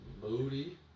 Moody